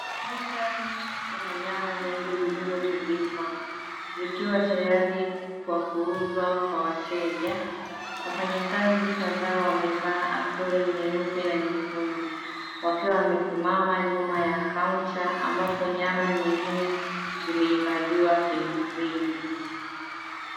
Buchari ina nyama nyingi zilizotundikwa, zikiwa tayari kwa kuuzwa kwa wateja. Wafanyakazi kadhaa wamevaa apron nyeupe na nyekundu wakiwa wamesimama nyuma ya kaunta ambapo nyama nyingine zimehifadhiwa kwenye friji.